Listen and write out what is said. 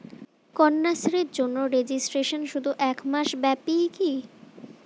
কন্যাশ্রীর জন্য রেজিস্ট্রেশন শুধু এক মাস ব্যাপীই কি?